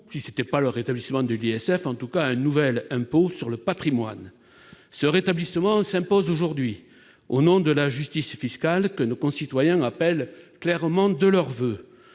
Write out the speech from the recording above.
ou, en tout cas, à mettre en place un nouvel impôt sur le patrimoine. Ce rétablissement s'impose aujourd'hui, au nom de la justice fiscale que nos concitoyens appellent clairement de leurs voeux.